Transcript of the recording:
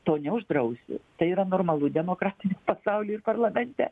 to neuždrausi tai yra normalu demokratiniam pasauly ir parlamente